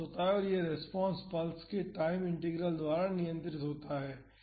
और यह response pulse के टाइम इंटीग्रल द्वारा नियंत्रित होता है